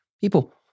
people